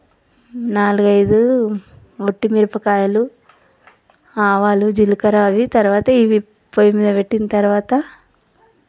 నాలుగైదు వట్టి మిరపకాయలు ఆవాలు జీలకర్ర అవి తరువాత ఇవి పొయ్యి మీద పెట్టిన తర్వాత